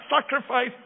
sacrifice